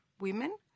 women